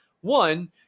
One